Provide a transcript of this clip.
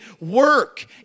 work